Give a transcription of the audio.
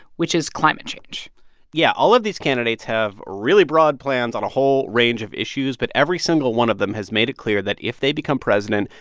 which is climate change yeah, all of these candidates have really broad plans on a whole range of issues, but every single one of them has made it clear that if they become president,